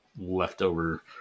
leftover